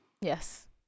Yes